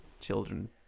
Children